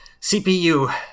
CPU